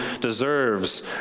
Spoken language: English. deserves